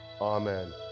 Amen